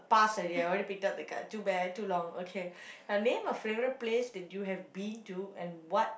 pass already I already pick up the card too bad too long okay the name of favourite place that you have been to and what